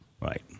Right